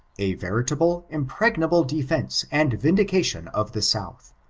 a veritable, impregnable defense and vindicatbn of the south,